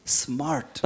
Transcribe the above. smart